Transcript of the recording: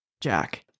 jack